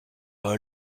dans